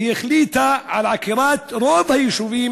היא החליטה על עקירת רוב היישובים